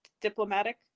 diplomatic